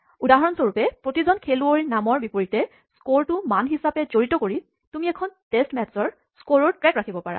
উদাহৰণস্বৰূপে প্ৰতিজন খেলুৱৈৰ নামৰ বিপৰীতে স্ক'ৰটো মান হিচাপে জড়িত কৰি তুমি এখন টেষ্ট মেট্ছৰ স্ক'ৰৰ ট্ৰেক ৰাখিব পাৰা